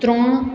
ત્રણ